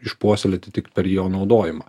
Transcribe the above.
išpuoselėti tik per jo naudojimą